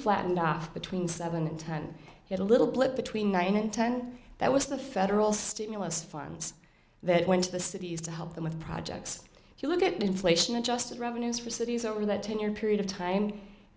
flattened off between seven and ten had a little blip between nine and ten that was the federal stimulus funds that went to the cities to help them with projects if you look at inflation adjusted revenues for cities over that ten year period of time